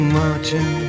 marching